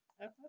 Okay